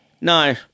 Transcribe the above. no